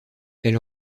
elle